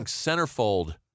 Centerfold